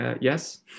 Yes